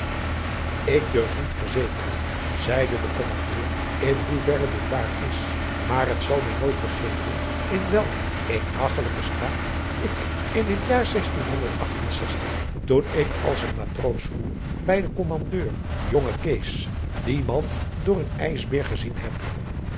ik durf niet verzekeren zeide de kommandeur in hoeverre dit waar is maar het zal mij nooit vergeten in welk een hagchelijken staat ik in het jaar toen ik als matroos voer bij den kommandeur jonge kees dien man door een ijsbeer gezien heb